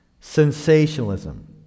sensationalism